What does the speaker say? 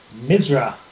Misra